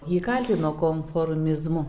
jį kaltino konformizmu